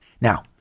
Now